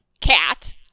Cat